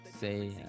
say